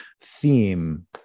Theme